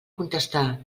contestà